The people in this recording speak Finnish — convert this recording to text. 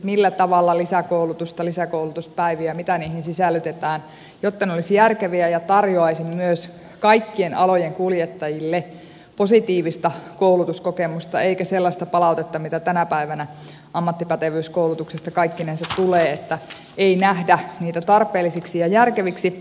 millä tavalla tulee lisäkoulutusta lisäkoulutuspäiviä mitä niihin sisällytetään jotta ne olisivat järkeviä ja tarjoaisivat kaikkien alojen kuljettajille positiivista koulutuskokemusta eikä tulisi sellaista palautetta mitä tänä päivänä ammattipätevyyskoulutuksesta kaikkinensa tulee että ei nähdä niitä tarpeellisiksi ja järkeviksi